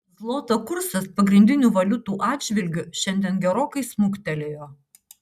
zloto kursas pagrindinių valiutų atžvilgiu šiandien gerokai smuktelėjo